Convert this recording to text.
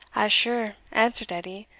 as sure, answered edie,